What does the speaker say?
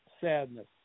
sadness